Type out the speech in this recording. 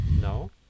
no